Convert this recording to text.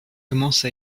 commence